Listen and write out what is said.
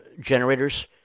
generators